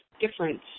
difference